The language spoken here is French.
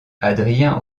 adrien